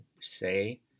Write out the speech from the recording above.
say